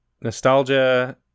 nostalgia